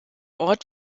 ort